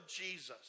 Jesus